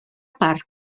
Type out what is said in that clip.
part